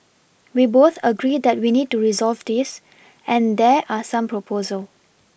we both agree that we need to resolve this and there are some proposal